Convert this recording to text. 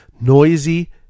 Noisy